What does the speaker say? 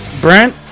Brent